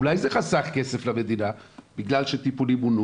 אולי זה חסך כסף למדינה בגלל שהטיפולים ---?